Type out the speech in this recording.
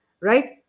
right